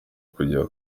kujya